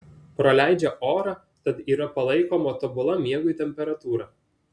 praleidžią orą tad yra palaikoma tobula miegui temperatūra